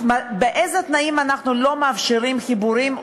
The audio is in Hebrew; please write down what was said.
באילו תנאים אנחנו לא מאפשרים חיבורים?